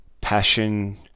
passion